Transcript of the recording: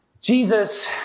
Jesus